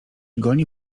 goni